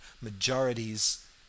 majorities